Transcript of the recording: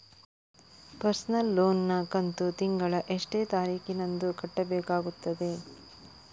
Personal loan ನ ಕಂತು ತಿಂಗಳ ಎಷ್ಟೇ ತಾರೀಕಿನಂದು ಕಟ್ಟಬೇಕಾಗುತ್ತದೆ?